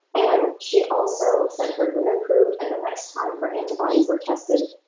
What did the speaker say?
and she also said her mood improved and the next time her antibodies were tested,